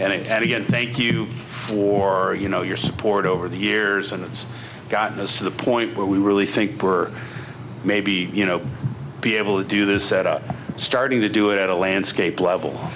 well and again thank you for you know your support over the years and it's gotten to the point where we really think we're maybe you know be able to do this set up starting to do it at a landscape level